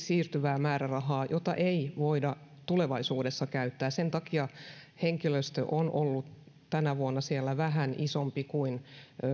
siirtyvää määrärahaa jota ei voida tulevaisuudessa käyttää sen takia henkilöstö on ollut tänä vuonna siellä vähän isompi kuin